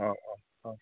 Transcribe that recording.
औ औ औ